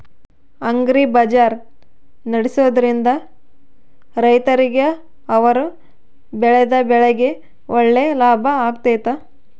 Agri bazaar ನಡೆಸ್ದೊರಿಂದ ರೈತರಿಗೆ ಅವರು ಬೆಳೆದ ಬೆಳೆಗೆ ಒಳ್ಳೆ ಲಾಭ ಆಗ್ತೈತಾ?